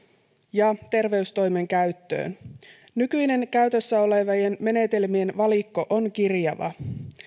ja terveystoimen käyttöön nykyinen käytössä olevien menetelmien valikko on kirjava